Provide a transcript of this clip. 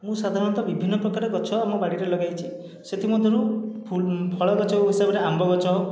ମୁଁ ସାଧାରଣତଃ ବିଭିନ୍ନ ପ୍ରକାର ଗଛ ଆମ ବାଡ଼ିରେ ଲଗାଇଛି ସେଥିମଧ୍ୟରୁ ଫଳଗଛ ହିସାବରେ ଆମ୍ବ ଗଛ